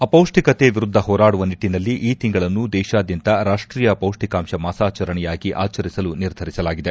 ಅಪೌಷ್ತಿಕತೆ ವಿರುದ್ದ ಹೋರಾದುವ ನಿಟ್ಟಿನಲ್ಲಿ ಈ ತಿಂಗಳನ್ನು ದೇಶಾದ್ಯಂತ ರಾಷ್ಟೀಯ ಪೌಪ್ತಿಕಾಂಶ ಮಾಸಾಚರಣೆಯಾಗಿ ಆಚರಿಸಲು ನಿರ್ಧರಿಸಲಾಗಿದೆ